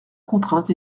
contrainte